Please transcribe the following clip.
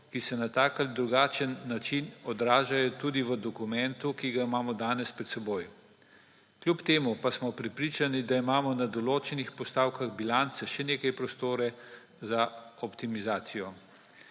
ki se na tak ali drugačen način odražajo tudi v dokumentu, ki ga imamo danes pred seboj. Kljub temu pa smo prepričani, da imamo na določenih postavkah bilance še nekaj prostora za optimizacijo.